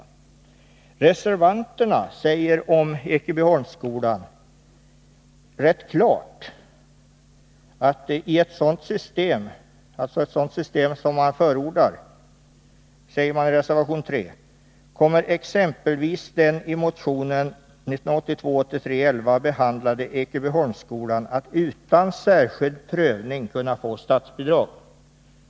I reservation 3 sägs att i ett sådant system som reservanterna förordar kommer exempelvis den i motion 1982/83:11 behandlade Ekebyholmsskolan att utan särskild prövning kunna få statsbidrag.